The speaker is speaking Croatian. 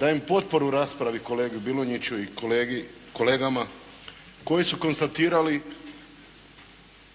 Dajem potporu raspravi kolegi Bilonjiću i kolegama koji su konstatirali,